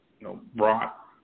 brought